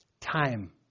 Time